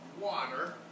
water